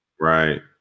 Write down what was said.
Right